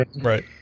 Right